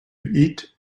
eat